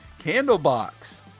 Candlebox